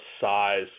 size